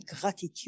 gratitude